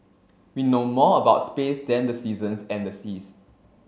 we know more about space than the seasons and the seas